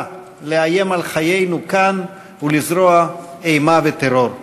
לאיים על חיינו כאן ולזרוע אימה וטרור.